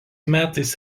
metais